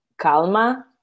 Calma